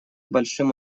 большим